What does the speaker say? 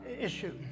issue